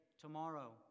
tomorrow